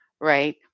Right